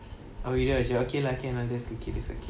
ah we rush you are can lah can lah just fikir it's okay